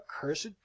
cursed